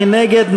מי נגד?